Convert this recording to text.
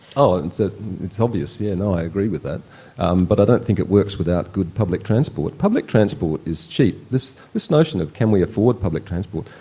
oh and so it's obvious, yeah and i agree with that um but i don't think it works without good public transport. public transport is cheap. this this notion of can we afford public transport?